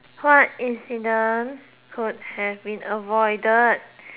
what incident could have been avoided